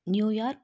New York